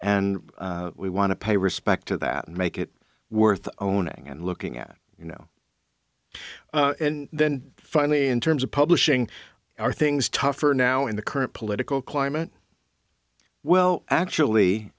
and we want to pay respect to that and make it worth owning and looking at you know and then finally in terms of publishing are things tougher now in the current political climate well